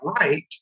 right